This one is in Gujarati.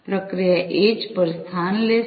પ્રક્રિયા એડ્જ પર સ્થાન લેશે